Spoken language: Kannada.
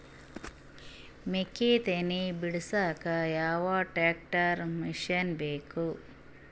ಮೆಕ್ಕಿ ತನಿ ಬಿಡಸಕ್ ಯಾವ ಟ್ರ್ಯಾಕ್ಟರ್ ಮಶಿನ ಬೇಕು?